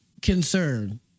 concern